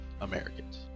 Americans